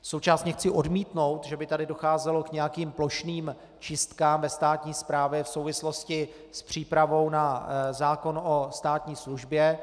Současně chci odmítnout, že by tady docházelo k nějakým plošným čistkám ve státní správě v souvislosti s přípravou na zákon o státní službě.